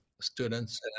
students